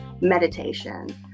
meditation